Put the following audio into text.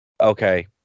okay